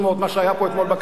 מה שהיה כאן אתמול בכנסת.